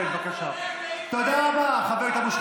אתה טועה, תודה רבה.